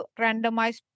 randomized